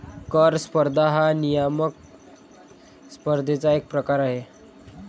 कर स्पर्धा हा नियामक स्पर्धेचा एक प्रकार आहे